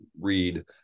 read